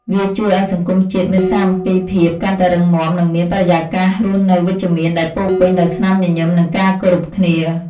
វាជួយឱ្យសង្គមជាតិមានសាមគ្គីភាពកាន់តែរឹងមាំ និងមានបរិយាកាសរស់នៅវិជ្ជមានដែលពោរពេញដោយស្នាមញញឹម និងការគោរពគ្នា។